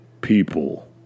people